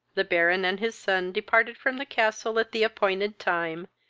the baron and his son departed from the castle at the appointed time,